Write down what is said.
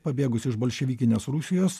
pabėgus iš bolševikinės rusijos